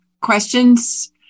questions